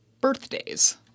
Birthdays